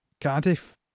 Cardiff